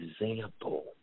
example